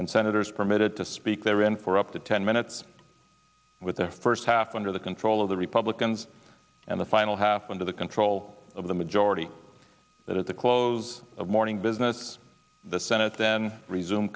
and senators permitted to speak they were in for up to ten minutes with the first half under the control of the republicans and the final half under the control of the majority that at the close of morning business the senate then resume